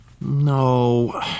No